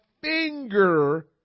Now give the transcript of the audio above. finger